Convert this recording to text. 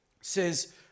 says